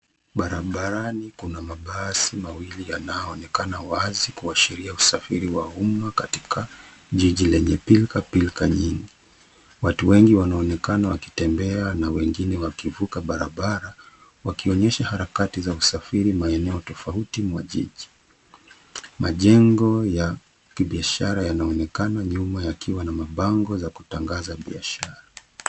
Barabarani kuna mabasi mawili yanayoonekana wazi kuashiria usafiri wa umma katika jiji lenye pilka pilka nyingi. Watu wengi wanaonekana wakitembea na wengine wakivuka barabara wakionyesha harakati za usafiri maeneo tofauti mwa jiji. Majengo ya kibiashara yanaonekana nyuma yakiwa na mabango za kutangaza biashara.